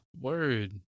Word